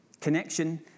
Connection